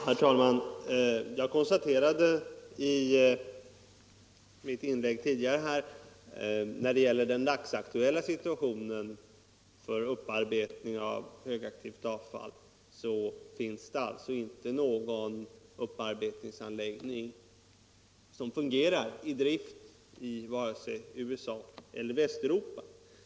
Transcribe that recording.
Herr talman! Jag konstaterade i mitt tidigare inlägg att den dagsaktuella situationen när det gäller upparbetning av högaktivt avfall är, att det inte finns någon upparbetningsanläggning som fungerar i drift vare sig i USA eller i Västeuropa.